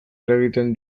eragiten